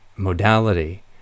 modality